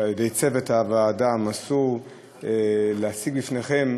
ועל-ידי צוות הוועדה המסור להציג בפניכם,